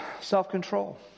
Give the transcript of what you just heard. self-control